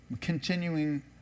continuing